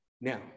Now